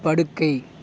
படுக்கை